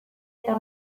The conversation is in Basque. eta